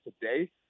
today